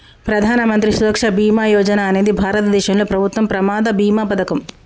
ప్రధాన మంత్రి సురక్ష బీమా యోజన అనేది భారతదేశంలో ప్రభుత్వం ప్రమాద బీమా పథకం